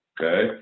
Okay